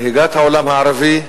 היא מנהיגת העולם הערבי,